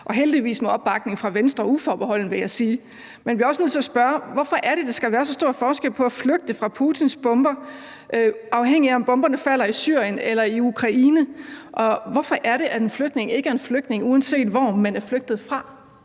og heldigvis med uforbeholden opbakning fra Venstre, vil jeg sige. Men jeg bliver også nødt til at spørge, hvorfor det er, der skal være så stor forskel på at flygte fra Putins bomber, afhængigt af om bomberne falder i Syrien eller i Ukraine, og hvorfor det er, at en flygtning ikke er en flygtning, uanset hvor man er flygtet fra.